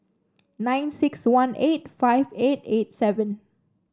nine six one eight five eight eight seven